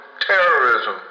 terrorism